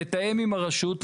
לתאם עם הרשות,